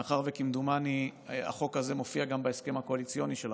מאחר שכמדומני החוק הזה מופיע גם בהסכם הקואליציוני שלכם.